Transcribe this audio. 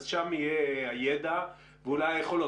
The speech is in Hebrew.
אז שם יהיה הידע ואולי היכולות.